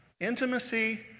intimacy